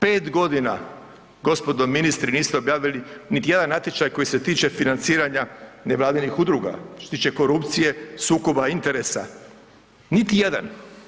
5 godina gospodo ministri niste objavili niti jedan natječaj koji se tiče financiranja nevladinih udruga što se tiče korupcije, sukoba interesa, niti jedan.